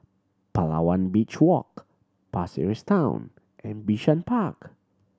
Palawan Beach Walk Pasir Ris Town and Bishan Park